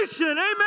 amen